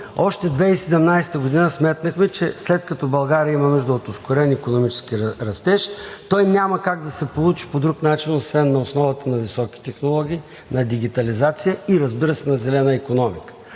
още в 2017 г. сметнахме, че след като България има нужда от ускорен икономически растеж, той няма как да се получи по друг начин, освен на основата на високи технологии, на дигитализация и, разбира се, на зелена икономика.